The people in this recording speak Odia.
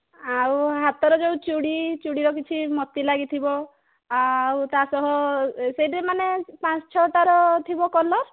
ଆଉ ହାତର ଯେଉଁ ଚୁଡ଼ି ଚୁଡ଼ିର କିଛି ମୋତି ଲାଗିଥିବ ଆଉ ତା ସହ ସେଇଟିରେ ମାନେ ପାଞ୍ଚ ଛଅଟାର ଥିବ କଲର୍